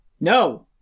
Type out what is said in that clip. No